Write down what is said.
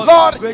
Lord